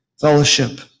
fellowship